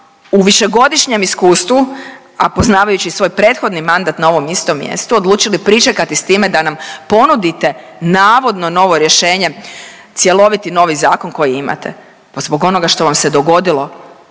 u višegodišnjem iskustvu, a poznavajući svoj prethodni mandat na ovom istom mjestu, odlučili pričekati s time da nam ponudite navodno novo rješenje cjeloviti novi zakon koji imate. Pa zbog onoga što vam se dogodilo